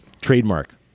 trademark